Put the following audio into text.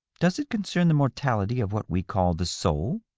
does it concern the mortality of what we call the soul?